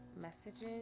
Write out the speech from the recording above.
messages